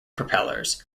propellers